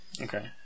Okay